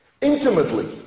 intimately